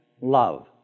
love